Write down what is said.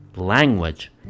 language